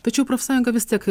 tačiau profsąjunga vis tiek